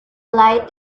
light